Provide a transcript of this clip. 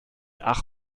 ach